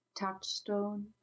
touchstone